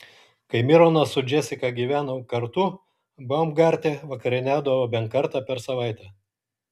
kai mironas su džesika gyveno kartu baumgarte vakarieniaudavo bent kartą per savaitę